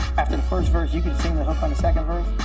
after the first verse, you can sing the hook on the second verse,